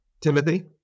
Timothy